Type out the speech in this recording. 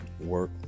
Work